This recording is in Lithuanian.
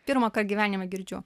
pirmąkart gyvenime girdžiu